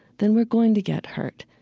then we're going to get hurt,